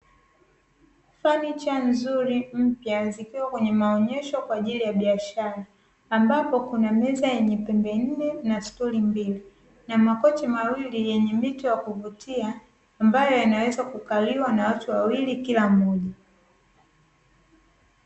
Fanicha nzuri mpya zikiwa kwenye maonyesho kwa ajili ya biashara ambapo kuna meza yenye pembe nne na stuli mbili na makochi mawili, yenye mito ya kuvutia ambayo yanaweza kukaliwa na watu wawili kila mmoja.